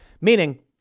meaning